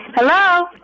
Hello